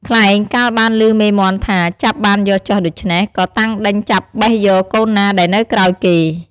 ខ្លែងកាលបានឮមេមាន់ថា ចាប់បានយកចុះដូច្នេះ ក៏តាំងដេញចាប់បេះយកកូនណាដែលនៅក្រោយគេ។